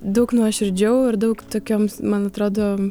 daug nuoširdžiau ir daug tokioms man atrodo